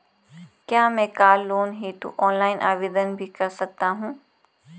क्या मैं car loan हेतु ऑनलाइन आवेदन भी कर सकता हूँ?